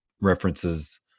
references